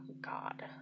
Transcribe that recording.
God